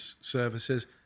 services